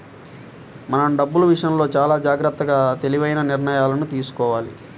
మనం డబ్బులు విషయంలో చానా జాగర్తగా తెలివైన నిర్ణయాలను తీసుకోవాలి